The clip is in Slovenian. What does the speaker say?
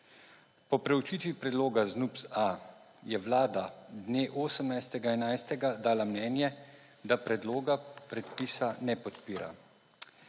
Po preučitvi predloga ZNUPS-A je Vlada dne 18. 11. dala mnenje, da predloga predpisa ne podpira.